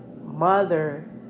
mother